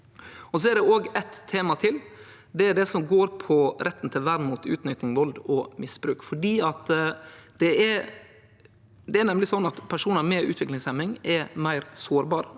på. Så er det eitt tema til, og det er det som går på retten til vern mot utnytting, vald og misbruk. Det er nemleg sånn at personar med utviklingshemming er meir sårbare